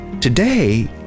today